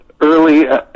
early